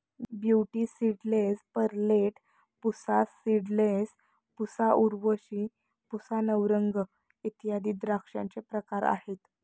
beauty seedless, Perlette, Pusa seedless, Pusa Urvashi, Pusa Navrang इत्यादी द्राक्षांचे प्रकार आहेत